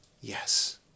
yes